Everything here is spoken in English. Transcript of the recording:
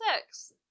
six